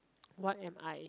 what am I